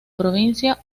provincia